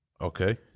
Okay